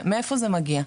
מאיפה זה מגיע?